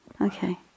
Okay